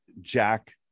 Jack